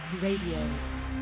Radio